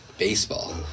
baseball